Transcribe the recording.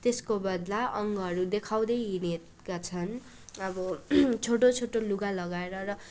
त्यसको बदला अङ्गहरू देखाउँदै हिँडेका छन् अब छोटो छोटो लुगा लगाएर र